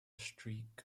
streak